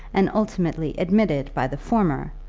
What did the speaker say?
and ultimately admitted by the former,